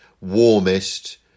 warmest